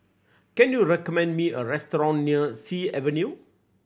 can you recommend me a restaurant near Sea Avenue